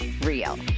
real